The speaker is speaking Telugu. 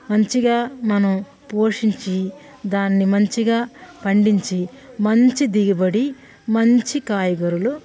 మంచిగా మనము పోషించి దాన్ని మంచిగా పండించి మంచి దిగుబడి మంచి కాయగూరలు